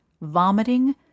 vomiting